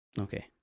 Okay